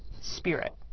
spirit